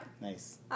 Nice